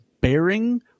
bearing